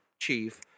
chief